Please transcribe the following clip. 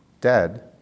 dead